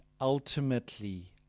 ultimately